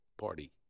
party